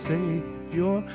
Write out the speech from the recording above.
Savior